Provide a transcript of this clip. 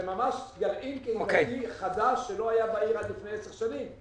זה ממש גרעין קהילתי חדש שלא היה בעיר עד לפני 10 שנים.